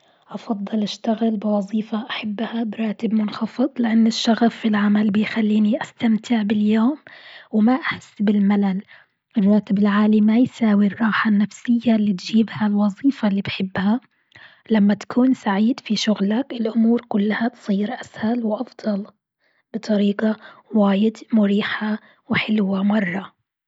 هأفضل أشتغل بوظيفة أحبها براتب منخفض، لأن الشغف في العمل بيخليني استمتع باليوم، وما أحس بالملل، الراتب العالي ما يساوى الراحة النفسية اللي تجيبها الوظيفة اللي بحبها، لما تكون سعيد في شغلك الأمور كلها تصير أسهل وأفضل بطريقة واجد مريحة وحلوة مرة.